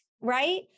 right